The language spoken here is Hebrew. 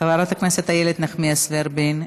חברת הכנסת איילת נחמיאס ורבין,